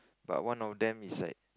but one of them is like